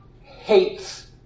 hates